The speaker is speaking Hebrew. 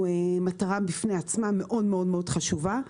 מטרה בפני עצמה מאוד מאוד מאוד חשובה.